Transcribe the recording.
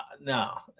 no